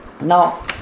Now